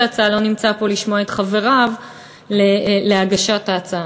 ההצעה לא נמצא פה לשמוע את חבריו להגשת ההצעה.